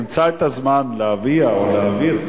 תמצא את הזמן להביע או להעביר.